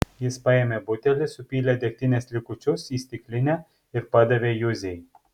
jis paėmė butelį supylė degtinės likučius į stiklinę ir padavė juzei